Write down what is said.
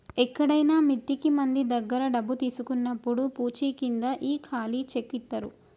ఎక్కడైనా మిత్తికి మంది దగ్గర డబ్బు తీసుకున్నప్పుడు పూచీకింద ఈ ఖాళీ చెక్ ఇత్తారు